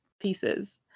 pieces